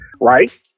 right